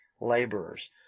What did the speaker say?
laborers